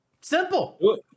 Simple